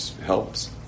helps